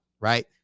right